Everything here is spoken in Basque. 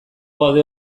gaude